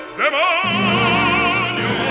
demonio